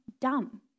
dumb